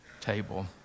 table